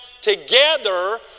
together